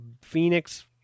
Phoenix